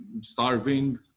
starving